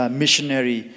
missionary